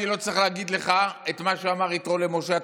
אני לא צריך להגיד לך את מה שאמר יתרו למשה,